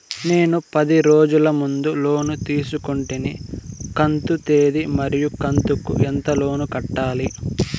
నేను పది రోజుల ముందు లోను తీసుకొంటిని కంతు తేది మరియు కంతు కు ఎంత లోను కట్టాలి?